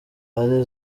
ari